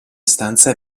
stanza